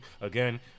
Again